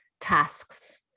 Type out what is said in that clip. tasks